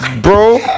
Bro